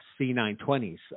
C920s